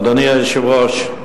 אדוני היושב-ראש,